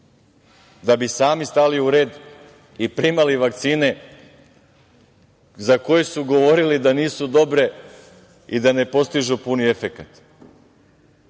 da bi sami stali u red i primali vakcine za koje su govorili da nisu dobre i da ne postižu puni efekat.